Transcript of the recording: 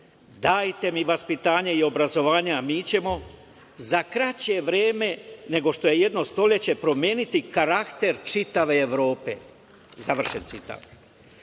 „Dajte mi vaspitanje i obrazovanje, a mi ćemo za kraće vreme nego što je jedno stoleće promeniti karakter čitave Evrope“, završen